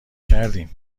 کردیم